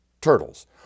turtles